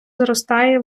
зростає